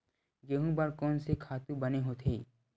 गेहूं बर कोन से खातु बने होथे?